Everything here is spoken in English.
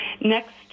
next